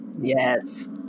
Yes